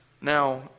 Now